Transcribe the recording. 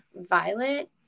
Violet